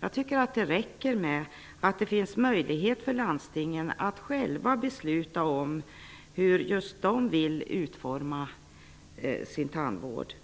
Jag tycker att det räcker med att det finns möjlighet för landstingen att själva besluta om hur de vill utforma sin tandvård.